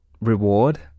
reward